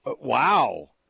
Wow